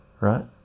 right